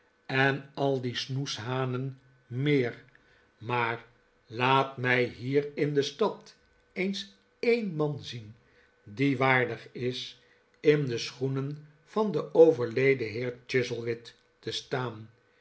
en al die snoeshanen meer maar laat mij hier in de stad eens een man zien die waardig is in de schoenen van den overleden heer chuzzlewit te staan